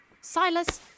Silas